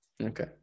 Okay